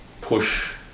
push